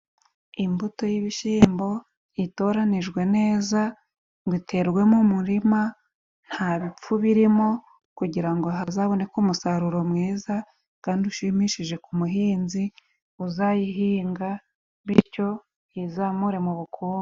Imbuto y'ibishyimbo, itoranijwe neza, ngo iterwe mu murima, nta bipfu birimo, kugira ngo hazaboneke umusaruro mwiza kandi ushimishije ku muhinzi uzayihinga, bityo yizamure mu bukungu.